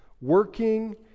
working